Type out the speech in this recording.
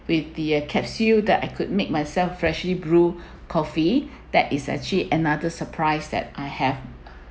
with the capsule that I could make myself freshly brew coffee that is actually another surprise that I had